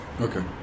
Okay